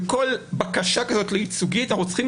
בכל בקשה כזאת לייצוגית אנחנו צריכים